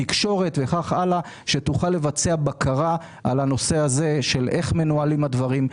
תקשורת וכך הלאה שתוכל לבצע בקרה איך מנוהלים הדברים,